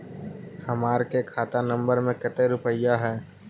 हमार के खाता नंबर में कते रूपैया है?